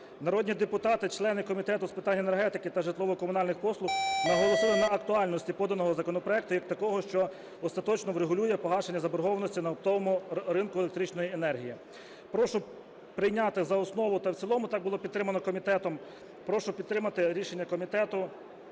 Народні депутати - члени Комітету з питань енергетики та житлово-комунальних послуг наголосили на актуальності поданого законопроекту як такого, що остаточно врегулює погашення заборгованості на оптовому ринку електричної енергії. Прошу прийняти за основу та в цілому, так було підтримано комітетом. Прошу підтримати рішення комітету